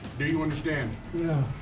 do you understand? yeah